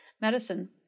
medicine